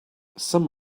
some